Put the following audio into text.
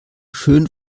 schön